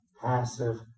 passive